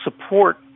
support